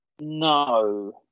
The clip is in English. No